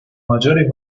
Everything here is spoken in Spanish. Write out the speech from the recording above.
mayores